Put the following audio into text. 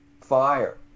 fire